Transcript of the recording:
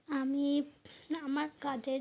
আমি আমার কাজের